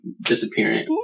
disappearing